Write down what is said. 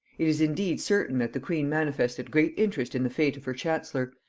it is indeed certain that the queen manifested great interest in the fate of her chancellor,